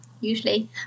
usually